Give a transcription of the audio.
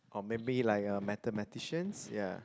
or maybe like a mathematicians ya